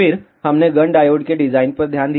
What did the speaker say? फिर हमने Gunn diode के डिजाइन पर ध्यान दिया